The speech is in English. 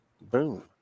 boom